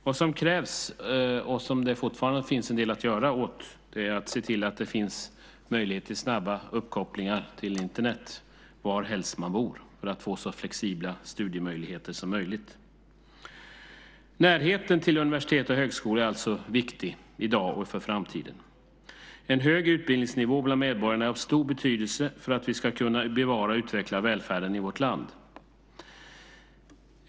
Vad som krävs, och som det fortfarande finns en del att göra åt, är att se till att det finns möjlighet till snabba uppkopplingar till Internet varhelst man bor för att få så flexibla studiemöjligheter som möjligt. Närheten till universitet och högskolor är alltså viktig i dag och för framtiden. En högre utbildningsnivå bland medborgarna är av stor betydelse för att vi ska kunna bevara och utveckla välfärden i vårt land.